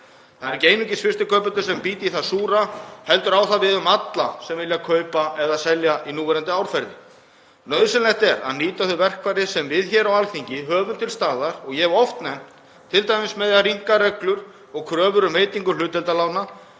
Það eru ekki einungis fyrstu kaupendur sem bíta í það súra, heldur á það við um alla sem vilja kaupa eða selja í núverandi árferði. Nauðsynlegt er að nýta þau verkfæri sem við hér á Alþingi höfum og ég hef oft nefnt, t.d. að rýmka reglur og kröfur um veitingu hlutdeildarlána,